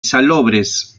salobres